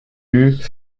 eût